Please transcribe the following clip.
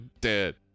dead